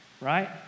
right